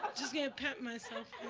just gonna pet myself.